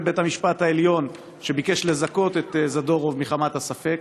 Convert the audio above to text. בית המשפט העליון שביקש לזכות את זדורוב מחמת הספק,